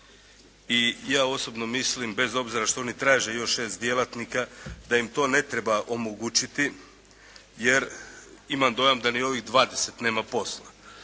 i ja osobno mislim bez obzira što on i traže još 6 djelatnika da im to ne treba omogućiti jer imam dojam da ni ovih 20 nema posla.